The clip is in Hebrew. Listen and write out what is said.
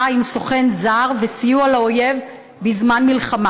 עם סוכן זר וסיוע לאויב בזמן מלחמה,